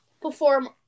perform